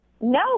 No